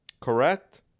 Correct